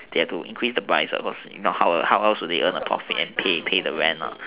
they have to increase the price but if not how else they will earn the profit and pay pay the rent lah